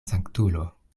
sanktulo